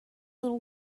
little